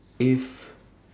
if